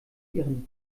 ihren